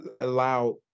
allow